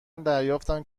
دریافتم